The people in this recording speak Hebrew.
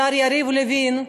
השר יריב לוין,